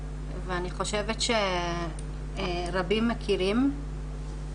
ואני חושבת שרבים מכירים אותו.